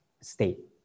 state